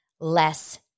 Less